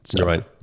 Right